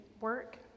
work